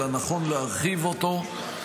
אלא נכון להרחיב אותו.